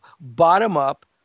bottom-up